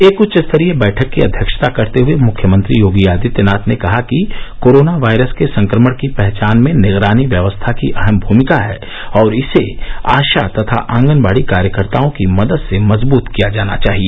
एक उच्च स्तरीय बैठक की अध्यक्षता करते हुए मुख्यमंत्री योगी आदित्यनाथ ने कहा कि कोरोना वायरस के संक्रमण की पहचान में निगरानी व्यवस्था की अहम भूमिका है और इसे आशा तथा आगनवाड़ी कार्यकर्ताओं की मदद से मजबूत किया जाना चाहिए